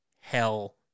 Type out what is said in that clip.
hell